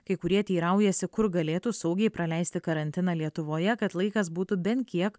kai kurie teiraujasi kur galėtų saugiai praleisti karantiną lietuvoje kad laikas būtų bent kiek